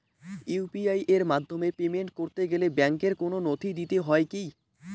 UPI এর মাধ্যমে payment করতে গেলে ব্যাংকের কোন নথি দিতে হয় কি?